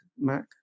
mac